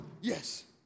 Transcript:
Yes